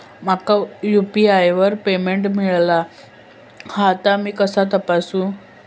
माका यू.पी.आय वर पेमेंट मिळाला हा ता मी कसा तपासू?